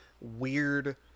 weird